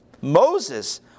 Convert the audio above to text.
Moses